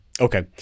Okay